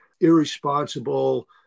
irresponsible